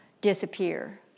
disappear